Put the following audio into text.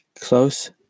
close